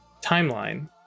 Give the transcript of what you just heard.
timeline